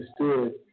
understood